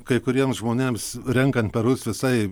kai kuriems žmonėms renkant perus visai